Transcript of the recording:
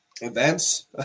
events